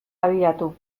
abiatu